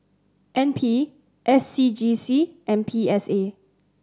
N P S C G C and P S A